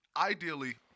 Ideally